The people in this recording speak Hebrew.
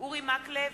אורי מקלב,